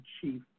chief